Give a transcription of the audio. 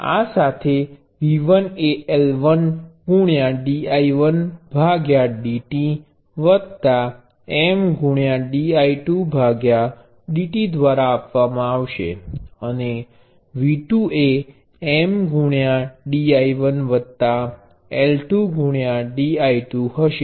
આ સાથે V1 એ L1 dI1dt M dI2 dt દ્વારા આપવામાં આવશે અને V2 એ M dI1 L2 dI2 હશે